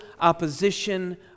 opposition